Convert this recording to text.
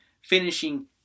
finishing